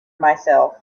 myself